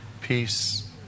peace